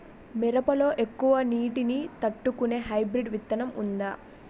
మిరప లో ఎక్కువ నీటి ని తట్టుకునే హైబ్రిడ్ విత్తనం వుందా?